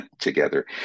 together